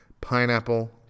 Pineapple